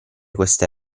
queste